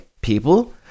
people